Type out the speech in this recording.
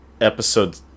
episode